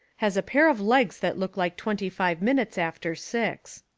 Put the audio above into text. has a pair of legs that look like twenty-five minutes after six.